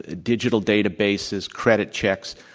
ah digital databases, credit checks.